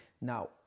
Now